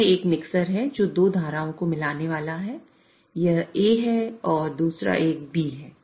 यह एक मिक्सर है जो 2 धाराओं को मिलाने वाला है एक A है और दूसरा एक B है